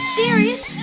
serious